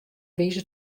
wize